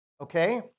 Okay